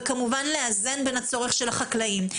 וכמובן לאזן בין הצורך של החקלאים.